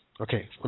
okay